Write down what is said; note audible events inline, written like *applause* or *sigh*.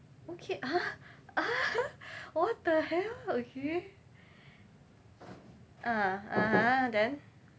okay !huh! !huh! *laughs* what the hell okay ah (uh huh) then